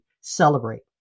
celebrate